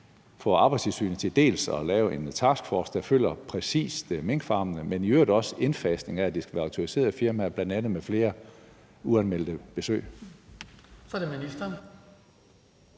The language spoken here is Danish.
får Arbejdstilsynet til at lave en taskforce, der følger præcis minkfarmene, men i øvrigt også indfasningen af, at det skal være autoriserede firmaer, bl.a. med flere uanmeldte besøg?